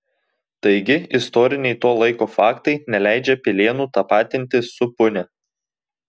taigi istoriniai to laiko faktai neleidžia pilėnų tapatinti su punia